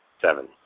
seven